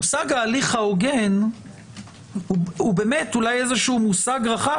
מושג ההליך ההוגן הוא באמת איזשהו מושג רחב,